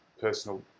personal